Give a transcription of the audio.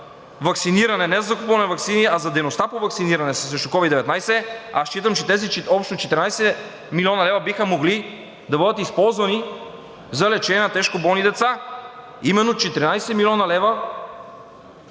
за ваксиниране – не за закупуване на ваксини, а за дейността по ваксиниране срещу COVID-19, аз считам, че тези общо 14 млн. лв. биха могли да бъдат използвани за лечение на тежкоболни деца. Именно 14 млн. лв.